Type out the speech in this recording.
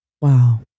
wow